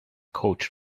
coach